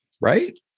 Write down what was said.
Right